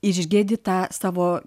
išgedi tą savo